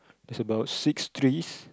there's about six trees